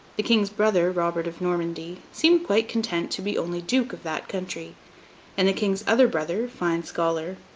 the king's brother, robert of normandy, seeming quite content to be only duke of that country and the king's other brother, fine-scholar,